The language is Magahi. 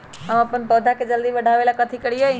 हम अपन पौधा के जल्दी बाढ़आवेला कथि करिए?